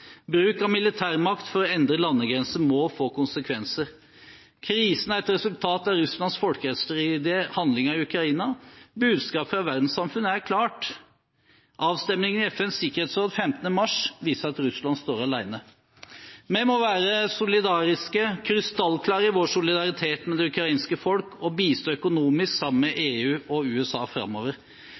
militærmakt for å endre landegrenser må få konsekvenser. Krisen er et resultat av Russlands folkerettsstridige handlinger i Ukraina. Budskapet fra verdenssamfunnet er klart. Avstemningen i FNs sikkerhetsråd 15. mars viser at Russland står alene. Vi må være krystallklare i vår solidaritet med det ukrainske folk og bistå økonomisk, sammen med EU og USA, framover.